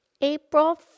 April